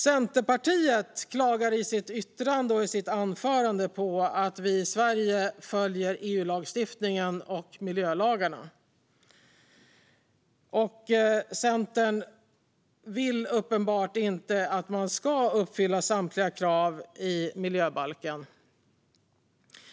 Centerpartiet klagar i sitt yttrande och i sitt anförande på att vi i Sverige följer EU-lagstiftningen och miljölagarna. Centern vill uppenbart inte att man ska uppfylla samtliga krav i miljöbalken.